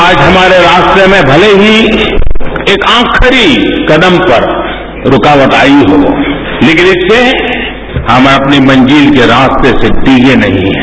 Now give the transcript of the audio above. आज हमारे रास्ते में मले ही एक आखिरी कदम पर रूकावट आई हो लेकिन इससे हम अपने मंजिल के रास्ते से डिगे नहीं है